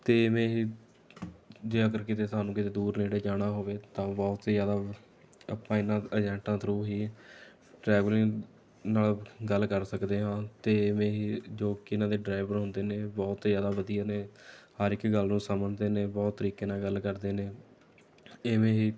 ਅਤੇ ਇਵੇਂ ਹੀ ਜੇ ਅਗਰ ਕਿਤੇ ਸਾਨੂੰ ਕਿਤੇ ਦੂਰ ਨੇੜੇ ਜਾਣਾ ਹੋਵੇ ਤਾਂ ਬਹੁਤ ਹੀ ਜ਼ਿਆਦਾ ਆਪਾਂ ਇਨ੍ਹਾਂ ਏਜੰਟਾਂ ਥਰੂ ਹੀ ਟਰੈਵਲਿੰਗ ਨਾਲ ਗੱਲ ਕਰ ਸਕਦੇ ਹਾਂ ਅਤੇ ਇਵੇਂ ਹੀ ਜੋ ਕਿ ਇਨ੍ਹਾਂ ਦੇ ਡਰਾਈਵਰ ਹੁੰਦੇ ਨੇ ਬਹੁਤ ਹੀ ਜ਼ਿਆਦਾ ਵਧੀਆ ਨੇ ਹਰ ਇੱਕ ਗੱਲ ਨੂੰ ਸਮਝਦੇ ਨੇ ਬਹੁਤ ਤਰੀਕੇ ਨਾਲ ਗੱਲ ਕਰਦੇ ਨੇ ਇਵੇਂ ਹੀ